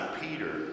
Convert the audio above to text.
Peter